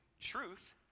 truth